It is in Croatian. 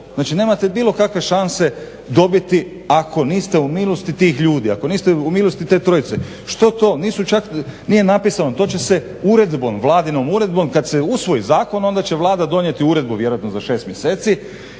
znači nemate bilo kakve šanse dobiti ako niste u milosti tih ljudi, ako niste u milosti te trojice. Što to, nije napisano to će se uredbom, vladinom uredbom kad se usvoji zakon onda će Vlada donijeti uredbu vjerojatno za šest mjeseci